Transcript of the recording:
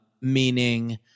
meaning –